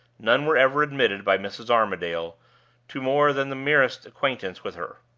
none were ever admitted by mrs. armadale to more than the merest acquaintance with her.